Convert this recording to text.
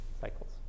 cycles